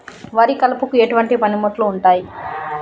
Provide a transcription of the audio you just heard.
వరి కలుపుకు ఎటువంటి పనిముట్లు ఉంటాయి?